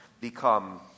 become